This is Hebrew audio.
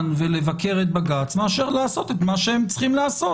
ולבקר את בג"ץ מאשר לעשות את מה שהם צריכים לעשות,